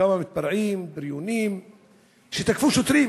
כמה מתפרעים בריונים תקפו שוטרים,